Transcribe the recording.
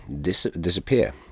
disappear